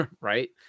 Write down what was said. right